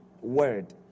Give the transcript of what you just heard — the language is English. word